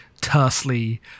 tersely